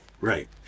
Right